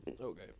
Okay